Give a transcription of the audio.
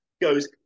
goes